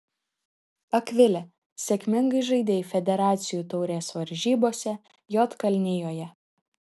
akvile sėkmingai žaidei federacijų taurės varžybose juodkalnijoje